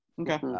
Okay